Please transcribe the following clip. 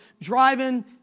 driving